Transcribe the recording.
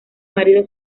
marido